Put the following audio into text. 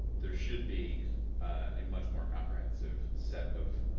there should be a much more comprehensive set of